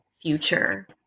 future